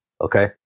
Okay